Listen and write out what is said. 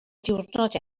diwrnod